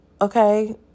okay